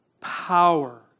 power